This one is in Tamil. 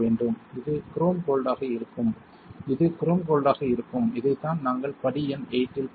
இது குரோம் கோல்ட்டாக இருக்கும் இது குரோம் கோல்ட்டாக இருக்கும் இதைத்தான் நாங்கள் படி எண் 8 இல் பேசுகிறோம்